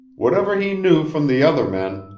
whatever he knew from the other men,